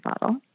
bottle